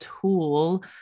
tool